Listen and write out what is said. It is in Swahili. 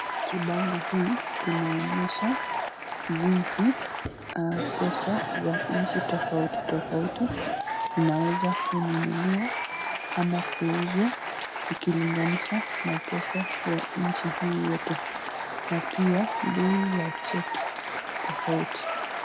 Kibango hii kinaonyesha jinsi pesa ya nchi tofauti tofauti inaweza kununuliwa ama kuuzwa ikilinganishwa na pesa ya nchi hii yetu, na pia bei ya cheki tofauti.